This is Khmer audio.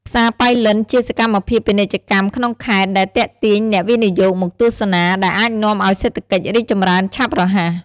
ផ្សារប៉ៃលិន ជាសកម្មភាពពាណិជ្ជកម្មក្នុងខេត្ត ដែលទាក់ទាញអ្នកវិនិយោគមកទស្សនា ដែលអាចនាំឱ្យសេដ្ធកិច្ចរីកចម្រើនឆាប់រហ័ស។